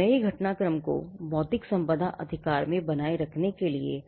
नए घटनाक्रम को बौद्धिक संपदा अधिकार में बनाए रखने के लिए